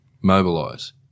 Mobilise